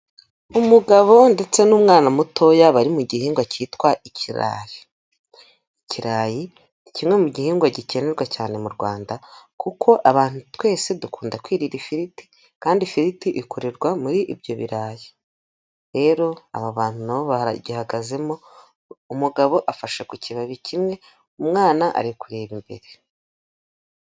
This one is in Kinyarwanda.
Umugabo ndetse n'umwana mutoya bari mu gihingwa cyitwa ikirari, ikirayi ni kimwe mu gihingwa gikenerwa cyane mu Rwanda kuko abantu twese dukunda kwirira ifiriti kandi ifiriti ikorerwa muri ibyo birayi, rero aba bantu nabo bagihagazemo umugabo afashe ku kibabi kimwe, umwana ari kureba imbere.